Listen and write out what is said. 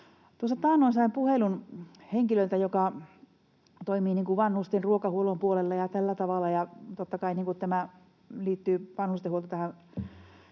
sain puhelun henkilöltä, joka toimii vanhusten ruokahuollon puolella. Totta kai vanhustenhuolto